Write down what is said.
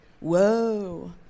whoa